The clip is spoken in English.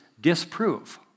disprove